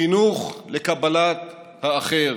חינוך לקבלת האחר,